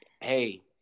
Hey